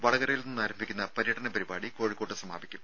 വടകരയിൽ നിന്ന് ആരംഭിക്കുന്ന പര്യടന പരിപാടി കോഴിക്കോട്ട് സമാപിക്കും